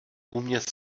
umět